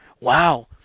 wow